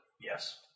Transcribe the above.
Yes